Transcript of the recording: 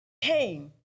came